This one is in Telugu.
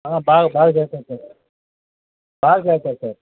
బాగా బాగా చదువుతాడు సార్ బాగా చదువుతాడు సార్